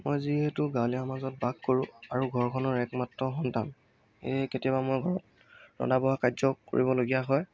মই যিহেতু গাঁৱলীয়া সমাজত বাস কৰোঁ আৰু ঘৰখনৰ একমাত্ৰ সন্তান সেয়ে কেতিয়াবা মই ঘৰত ৰন্ধা বঢ়া কাৰ্য কৰিবলগীয়া হয়